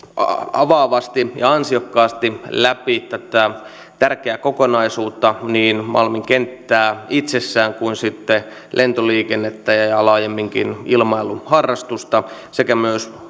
avaavasti ja ansiokkaasti läpi tätä tärkeää kokonaisuutta niin malmin kenttää itsessään kuin sitten lentoliikennettä ja ja laajemminkin ilmailuharrastusta sekä